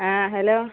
ആ ഹലോ